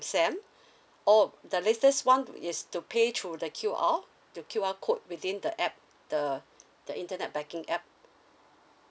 SAM or the latest one is to pay through the Q_R the Q_R code within the app the the internet banking app